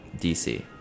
DC